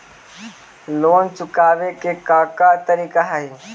Loan चुकावे के का का तरीका हई?